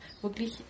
wirklich